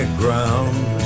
ground